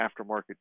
Aftermarket